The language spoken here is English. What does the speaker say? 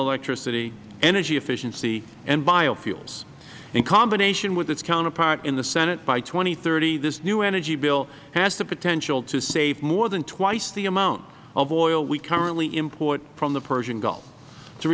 electricity energy efficiency and biofuels in combination with its counterpart in the senate by two thousand and thirty this new energy bill has the potential to save more than twice the amount of oil we currently import from the persian gulf to